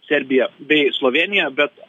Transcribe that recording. serbija bei slovėnija bet